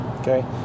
Okay